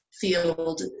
field